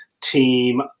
team